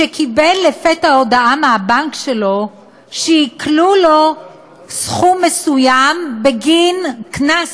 שקיבל לפתע הודעה מהבנק שלו שעיקלו לו סכום מסוים בגין קנס